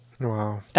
Wow